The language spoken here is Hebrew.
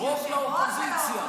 רוב לאופוזיציה ויושב-ראש.